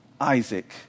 Isaac